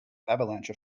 avalanche